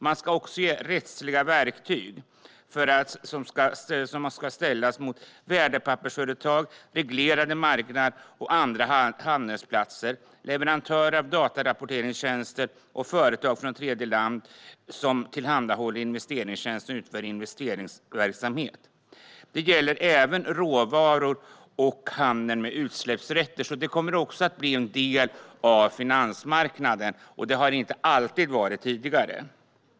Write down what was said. Man ska också ge rättsliga verktyg att använda mot värdepappersföretag, reglerade marknader och andra handelsplatser, leverantörer av datarapporteringstjänster samt företag från tredjeland som tillhandahåller investeringstjänster och utför investeringsverksamhet. Det gäller även råvaror och handel med utsläppsrätter, så detta kommer också att bli en del av finansmarknaden, vilket det inte alltid har varit tidigare.